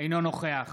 אינו נוכח